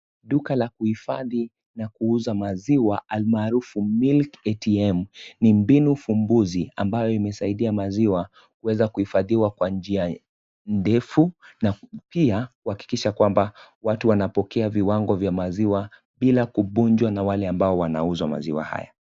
Duka la kuhifadhi na kuuza maziwa almaarufu (cs)Milk ATM(cs) ni mbinu fumbuzi ambayo imesaidia maziwa kuweza kuhifadhiwa kwa njia ndefu na pia kuhakikisha kwamba watu wanapokea viwango vya maziwa bila kubunjwa na wale ambao wanauza maziwa haya.